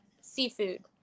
seafood